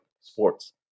sports